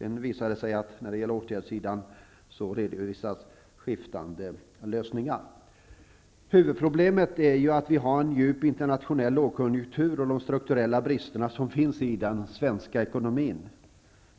Men när det gäller åtgärder redovisas skiftande lösningar. Huvudproblemet är att det råder en djup internationell lågkonjunktur och att det finns strukturella brister i den svenska ekonomin.